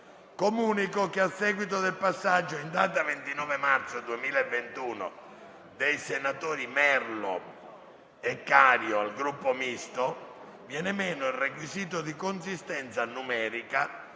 Comunico che a seguito del passaggio in data 29 marzo 2021 dei senatori Merlo e Cario al Gruppo Misto, viene meno il requisito di consistenza numerica